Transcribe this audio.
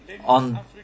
on